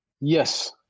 Yes